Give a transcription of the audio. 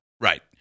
right